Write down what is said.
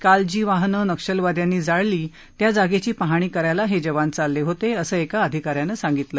काल जी वाहनं नक्षलवाद्यांनी जाळली त्या जागेची पाहणी करायला हे जवान चालले होते असं एका अधिका यांनं सांगितलं